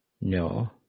No